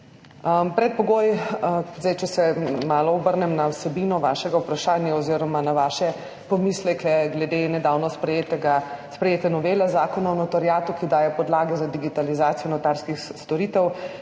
statistike. Če se malo obrnem na vsebino vašega vprašanja oziroma na vaše pomisleke glede nedavno sprejete novele Zakona o notariatu, ki daje podlage za digitalizacijo notarskih storitev,